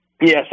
Yes